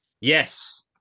Yes